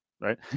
right